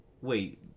wait